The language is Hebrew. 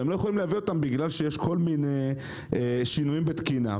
והם לא יכולים להביא אותם בגלל שיש כל מיני שינויים בתקינה.